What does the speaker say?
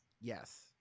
Yes